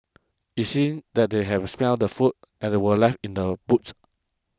it seemed that they have smelt the food and were left in the boot